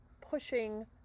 pushing